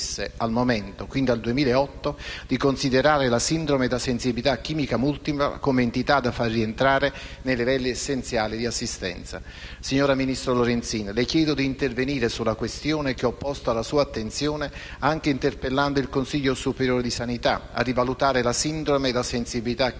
Signor ministro Lorenzin, le chiedo di intervenire sulla questione che ho posto alla sua attenzione, anche interpellando il Consiglio superiore di sanità per rivalutare la sindrome da sensibilità chimica